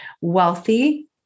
wealthy